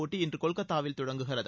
போட்டி இன்று கொல்கத்தாவில் தொடங்குகிறது